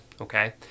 okay